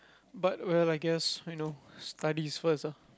but well I guess you know studies first ah